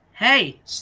Hey